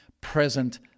present